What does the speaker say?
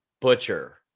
Butcher